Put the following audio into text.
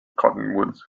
cottonwoods